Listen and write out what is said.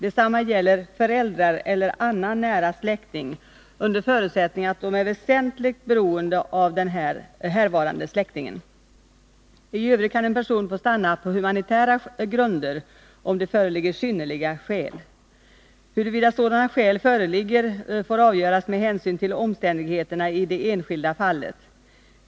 Detsamma gäller föräldrar eller annan nära släkting under förutsättning att de är väsentligt beroende av den härvarande släktingen. I övrigt kan en person få stanna på humanitära grunder om det föreligger synnerliga skäl. Huruvida sådana skäl föreligger får avgöras med hänsyn till omständighe terna i det enskilda fallet.